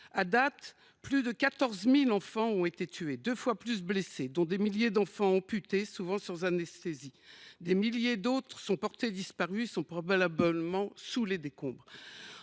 présent, plus de 14 000 enfants ont été tués et deux fois plus blessés, dont des milliers qui ont été amputés, souvent sans anesthésie. Des milliers d’autres sont portés disparus et sont probablement sous les décombres.